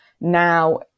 Now